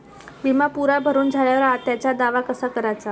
बिमा पुरा भरून झाल्यावर त्याचा दावा कसा कराचा?